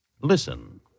Listen